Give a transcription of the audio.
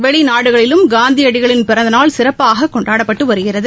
வெளிநாடுகளிலும் காந்தியடிகளின் பிறந்தநாள் சிறப்பாக கொண்டாடப்பட்டு வருகிறது